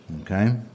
Okay